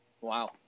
Wow